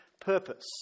purpose